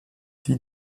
die